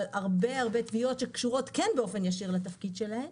הרבה הרבה פניות שקשורות כן באופן ישיר לתפקיד שלהן,